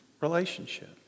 relationship